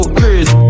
crazy